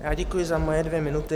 Já děkuji za moje dvě minuty.